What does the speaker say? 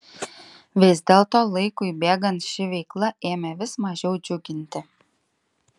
vis dėlto laikui bėgant ši veikla ėmė vis mažiau džiuginti